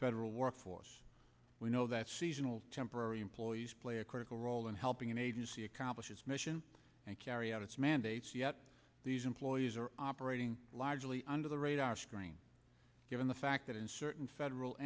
federal workforce we know that seasonal temporary employees play a critical role in helping an agency accomplish its mission and carry out its mandates yet these employees are operating largely under the radar screen given the fact that in certain federal